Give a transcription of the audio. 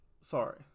Sorry